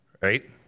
Right